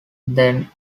then